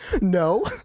No